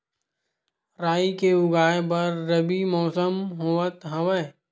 राई के उगाए बर रबी मौसम होवत हवय?